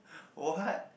what